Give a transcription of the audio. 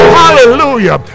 hallelujah